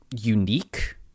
unique